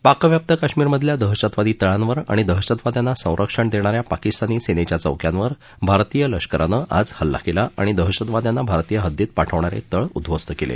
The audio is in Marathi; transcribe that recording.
पाकव्याप्त काश्मीर मधल्या दहशतवादी तळांवर आणि दहशतवाद्यांना संरक्षण देणाऱ्या पाकिस्तानी सेनेच्या चौक्यांवर भारतीय लष्करानं आज हल्ला केला आणि दहशतवाद्यांना भारतीय हद्दीत पाठवणारे तळ उद्ववस्त केले